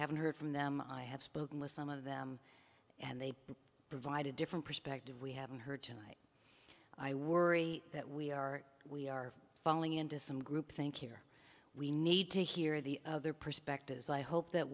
haven't heard from them i have spoken with some of them and they provide a different perspective we haven't heard tonight i worry that we are we are falling into some groupthink here we need to hear the other perspectives i hope that